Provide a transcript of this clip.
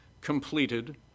completed